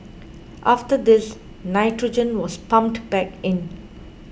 after this nitrogen was pumped back in